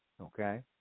okay